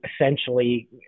essentially